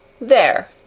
There